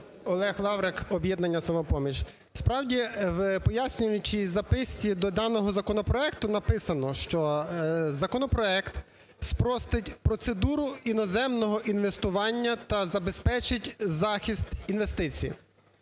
Олег Лаврик, "Об'єднання "Самопоміч". Справді, в пояснюючій записці до даного законопроекту написано, що законопроект спростить процедуру іноземного інвестування та забезпечить захист інвестицій.